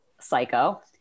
psycho